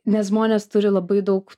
nes žmonės turi labai daug